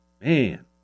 man